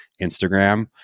Instagram